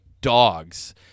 dogs